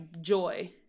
joy